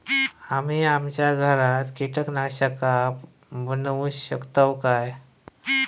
आम्ही आमच्या घरात कीटकनाशका बनवू शकताव काय?